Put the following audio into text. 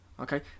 okay